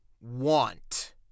want